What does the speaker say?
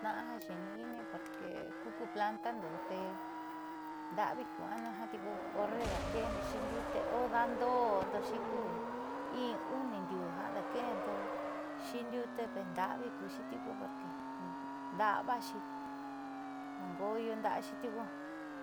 Tna'a ja xiini'ini porque ku kuplantando tee nda'avi ku anuu jiaa tiuku horre daake'endoxi ndiute o da'ando'odoxi ku in, uu, uni ndiuu ja daake'endoxi ndiute teenda'avi kuuxi tiuku porque nda'avaaxi ngo'oyo nda'axi tiuku